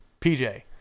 PJ